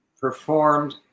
performed